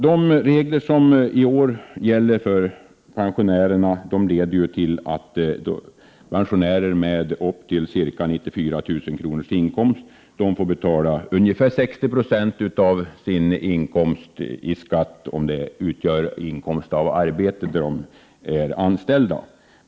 De regler som i år gäller för pensionärerna leder ju till att pensionärer med upp till ca 94 000 kronors inkomst får betala ungefär 60 96 av sin inkomst i skatt om den utgör inkomst av arbete som anställda.